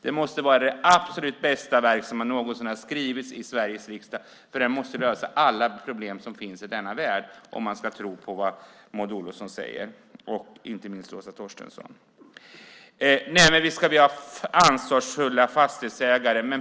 Den måste vara det absolut bästa verk som någonsin lämnats till Sveriges riksdag. Den verkar kunna lösa alla problem som finns i denna värld, om man ska tro vad Maud Olofsson, och inte minst Åsa Torstensson, säger. Visst ska vi ha ansvarsfulla fastighetsägare.